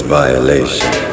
violation